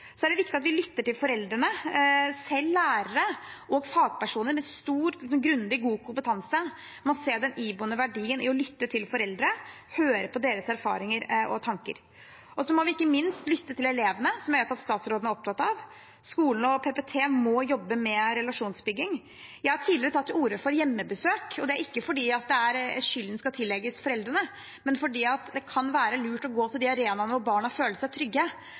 Så er det viktig at vi lytter til foreldrene. Selv lærere og fagpersoner med stor og grundig, god kompetanse må se den iboende verdien i å lytte til foreldre, høre på deres erfaringer og tanker. Og vi må ikke minst lytte til elevene, som jeg vet at statsråden er opptatt av. Skolene og PPT må jobbe med relasjonsbygging. Jeg har tidligere tatt til orde for hjemmebesøk. Det er ikke fordi skyld skal tillegges foreldrene, men fordi det kan være lurt å gå til en arena der barna føler seg trygge,